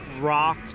rock